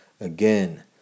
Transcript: again